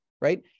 right